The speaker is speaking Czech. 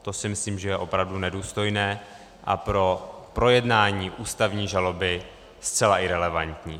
To si myslím, že je opravdu nedůstojné a pro projednání ústavní žaloby zcela irelevantní.